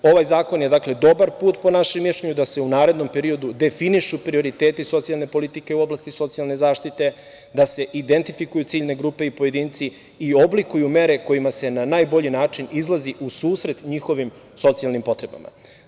Ovaj zakon je dobar put, po našem mišljenju, da se u narednom periodu definišu prioriteti socijalne politike u oblasti socijalne zaštite, da se identifikuju ciljne grupe i pojedinci i oblikuju mere kojima se na najbolji način izlazi u susret njihovim socijalnim potrebama.